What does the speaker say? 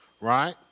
Right